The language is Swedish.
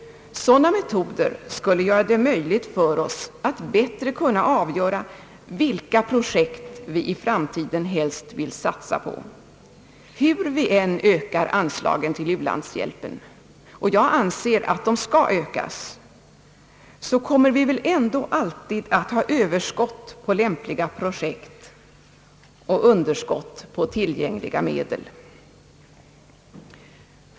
Sådana metoder skulle göra det möjligt för oss att bättre avgöra vilka projekt vi i framtiden helst vill satsa på. Hur vi än ökar anslagen till u-landshjälpen — och jag anser att de skall ökas — kommer vi väl ändå alltid att ha överskott på lämpliga projekt och underskott på tillgängliga medel.